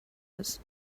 was